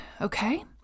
okay